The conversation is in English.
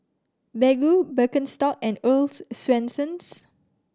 Baggu Birkenstock and Earl's Swensens